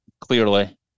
clearly